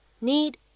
need